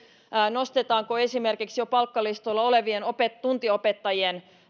nostetaanko esimerkiksi jo palkkalistoilla olevien tuntiopettajien